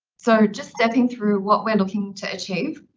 so just stepping through what we're looking to achieve.